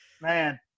man